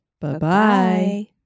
Bye-bye